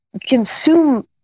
consume